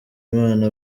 imana